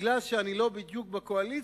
משום שאני לא בדיוק בקואליציה,